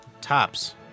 Tops